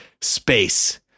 Space